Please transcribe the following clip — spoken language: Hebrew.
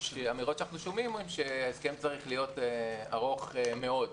האמירות שאנחנו שומעים הן שההסכם צריך להיות ארוך מאוד.